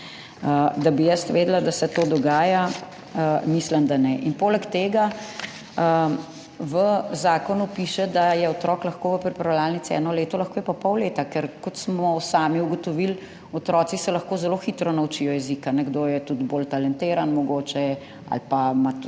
Da bi jaz vedela, da se to dogaja – mislim, da ne. In poleg tega v zakonu piše, da je otrok lahko v pripravljalnici eno leto, lahko je pa pol leta. Ker kot smo sami ugotovili, otroci se lahko zelo hitro naučijo jezika. Nekdo je tudi bolj talentiran mogoče ali ima tudi